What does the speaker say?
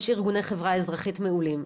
יש ארגוני חברה אזרחית מעולים,